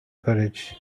courage